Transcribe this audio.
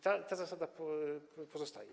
Ta zasada pozostaje.